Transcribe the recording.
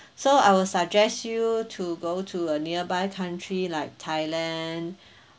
so I will suggest you to go to a nearby country like thailand